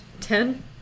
ten